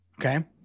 Okay